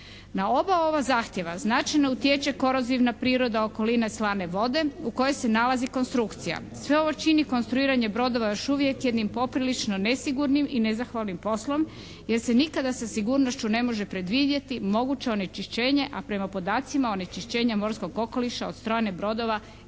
Na oba ova zahtjeva značajno utječe korozivna priroda okoline slane vode u kojoj se nalazi konstrukcija. Sve ovo čini konstruiranje brodova još uvijek jednim poprilično nesigurnim i nezahvalnim poslom, jer se nikada sa sigurnošću ne može predvidjeti moguće onečišćenje, a prema podacima onečišćenje morskog okoliša od strane brodova